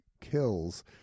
kills